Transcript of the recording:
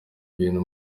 ibintu